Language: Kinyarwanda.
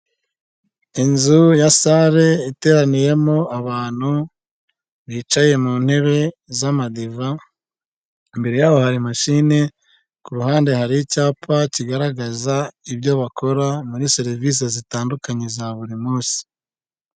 Inzu ya salle iteraniyemo abantu bicaye mu ntebe z'amadiva, imbere yaho hari mashine, ku ruhande hari icyapa kigaragaza ibyo bakora muri serivise zitandukanye za buri munsi.